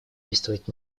действовать